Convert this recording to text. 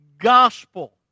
gospel